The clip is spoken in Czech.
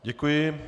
Děkuji.